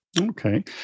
Okay